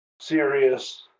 serious